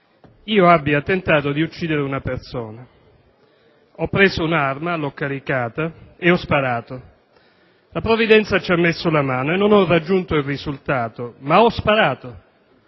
io abbia tentato di uccidere una persona. Ho preso un arma, l'ho caricata e ho sparato. La Provvidenza ci ha messo la mano e non ho raggiunto il risultato, ma ho sparato.